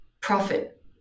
profit